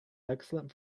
excellent